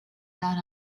got